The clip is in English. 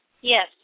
Yes